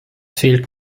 fehlt